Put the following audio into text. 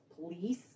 police